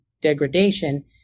degradation